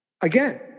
again